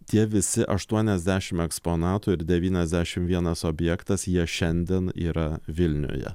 tie visi aštuoniasdešim eksponatų ir devyniasdešim vienas objektas jie šiandien yra vilniuje